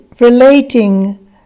relating